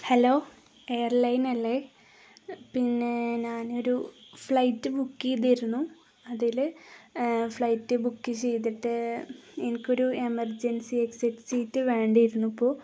hello എയർലൈനല്ലേ പിന്നെ ഞാനൊരു ഫ്ലൈറ്റ് ബുക്കെയ്തിരുന്നു അതില് ഫ്ലൈറ്റ് ബുക്ക് ചെയ്തിട്ട് എനിക്കൊരു എമർജൻസി എക്സിറ്റ് സീറ്റ് വേണ്ടിയിരുന്നു അപ്പോള്